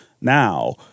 now